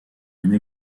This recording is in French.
une